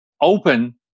open